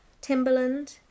Timberland